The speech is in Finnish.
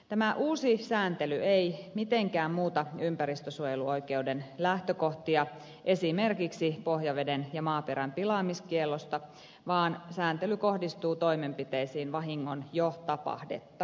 tämä uusi sääntely ei mitenkään muuta ympäristönsuojeluoikeuden lähtökohtia esimerkiksi pohjaveden ja maaperän pilaamiskiellosta vaan sääntely kohdistuu toimenpiteisiin vahingon jo tapahduttua